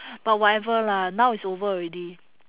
but whatever lah now is over already